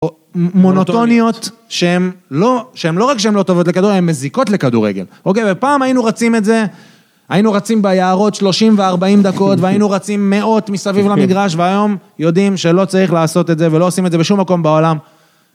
מונוטוניות שהן לא, שהן לא רק שהן לא טובות לכדורגל, הן מזיקות לכדורגל. אוקיי, פעם היינו רצים את זה, היינו רצים ביערות 30 ו-40 דקות, והיינו רצים מאות מסביב למגרש, והיום יודעים שלא צריך לעשות את זה ולא עושים את זה בשום מקום בעולם.